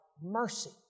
mercy